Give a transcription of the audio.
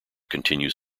continues